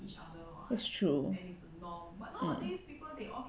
that's um